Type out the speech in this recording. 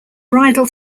bridal